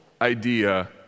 idea